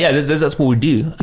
yeah, that's what we do,